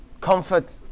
comfort